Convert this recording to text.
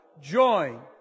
join